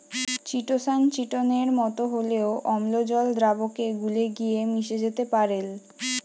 chitosan চিটোনের মতো হলেও অম্লজল দ্রাবকে গুলে গিয়ে মিশে যেতে পারেল